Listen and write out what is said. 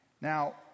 Now